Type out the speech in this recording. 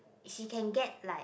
he can get like